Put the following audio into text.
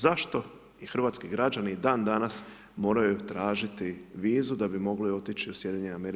Zašto i hrvatski građani i dan danas moraju tražiti vizu da bi mogli otići u SAD?